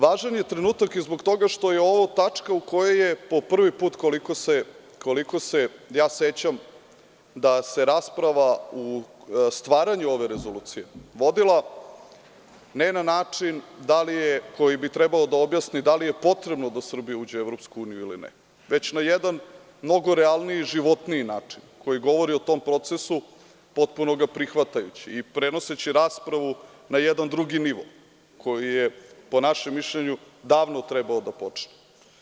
Važan je trenutak i zbog toga što je ovo tačka u kojoj je po prvi put koliko se sećam da se rasprava o stvaranju ove rezolucije vodila ne na način koji bi trebalo da objasni da li je potrebno da Srbija uđe u EU ili ne, već na jedan mnogo realniji i životniji način koji govori o tom procesu potpuno ga prihvatajući i prenoseći raspravu na jedan drugi nivo koji je po našem mišljenju davno trebao da počne.